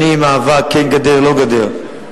שנים מאבק כן גדר ולא גדר,